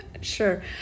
Sure